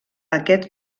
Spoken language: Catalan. aquest